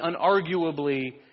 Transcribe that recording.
unarguably